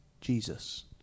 Jesus